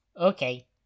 okay